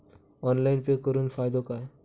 Online pay करुन फायदो काय?